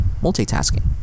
multitasking